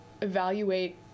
Evaluate